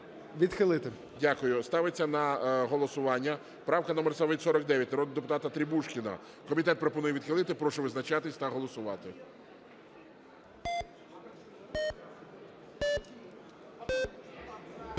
ГОЛОВУЮЧИЙ. Дякую. Ставиться на голосування правка номер 52 народного депутата Требушкіна. Комітет пропонує відхилити. Прошу визначатись та голосувати.